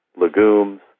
legumes